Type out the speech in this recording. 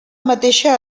mateixa